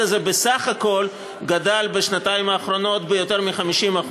הזה בסך הכול גדל בשנתיים האחרונות ביותר מ-50%.